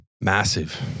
Massive